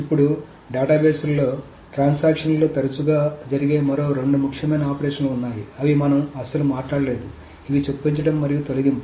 ఇప్పుడు డేటాబేస్లలో ట్రాన్సాక్షన్ లలో తరచుగా జరిగే మరో రెండు ముఖ్యమైన ఆపరేషన్లు ఉన్నాయి అవి మనం అస్సలు మాట్లాడలేదు ఇవి చొప్పించడం మరియు తొలగింపు